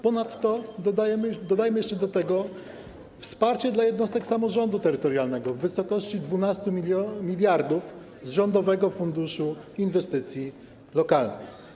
Ponadto dodajmy jeszcze do tego wsparcie dla jednostek samorządu terytorialnego w wysokości 12 mld z Rządowego Funduszu Inwestycji Lokalnych.